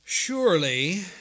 Surely